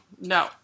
No